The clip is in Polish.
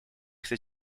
chce